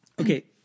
Okay